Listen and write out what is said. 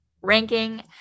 ranking